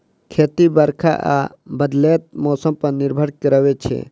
खेती बरखा आ बदलैत मौसम पर निर्भर करै छै